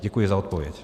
Děkuji za odpověď.